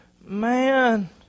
Man